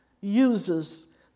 uses